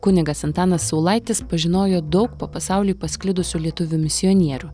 kunigas antanas saulaitis pažinojo daug po pasaulį pasklidusių lietuvių misionierių